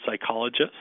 psychologist